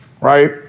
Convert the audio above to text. right